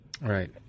right